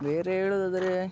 ಬೇರೆ ಹೇಳೋದಾದ್ರೆ